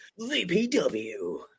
VPW